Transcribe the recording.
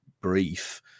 brief